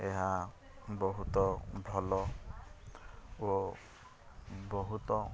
ଏହା ବହୁତ ଭଲ ଓ ବହୁତ